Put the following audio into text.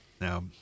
Now